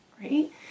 right